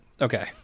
Okay